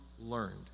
learned